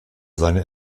seine